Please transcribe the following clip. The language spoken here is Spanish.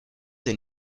the